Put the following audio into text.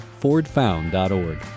fordfound.org